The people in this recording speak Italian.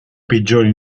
peggiori